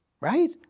right